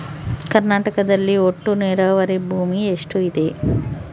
ಕರ್ನಾಟಕದಲ್ಲಿ ಒಟ್ಟು ನೇರಾವರಿ ಭೂಮಿ ಎಷ್ಟು ಇದೆ?